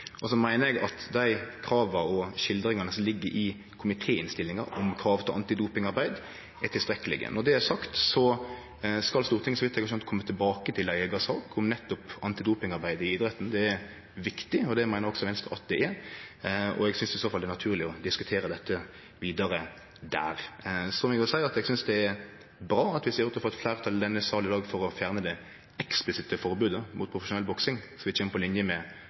det. Så meiner eg at dei krava og skildringane som ligg i komitéinnstillinga om krav til antidopingarbeid, er tilstrekkelege. Når det er sagt, så skal Stortinget, så vidt eg har skjønt, kome tilbake til ei eiga sak om nettopp antidopingarbeid i idretten. Det er viktig, og det meiner også Venstre at det er. Eg synest i så fall det er naturleg å diskutere dette vidare der. Så vil eg seie at eg synest det er bra at vi ser ut til å få eit fleirtal i denne sal i dag for å fjerne det eksplisitte forbodet mot profesjonell boksing, så vi kjem på linje med